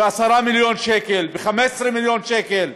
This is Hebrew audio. ב-10 מיליון שקל, ב-15 מיליון שקל,